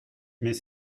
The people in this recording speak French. mais